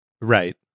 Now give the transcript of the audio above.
Right